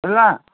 ହେଲା